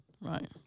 right